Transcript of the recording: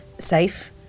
safe